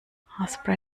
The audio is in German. haarspray